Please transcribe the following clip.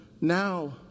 now